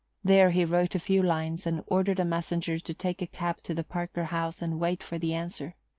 there he wrote a few lines, and ordered a messenger to take a cab to the parker house and wait for the answer.